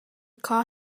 car